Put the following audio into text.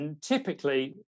typically